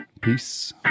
Peace